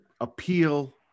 appeal